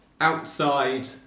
outside